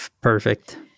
Perfect